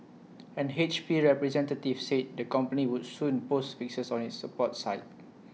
an H P representative said the company would soon post fixes on its support site